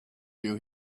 you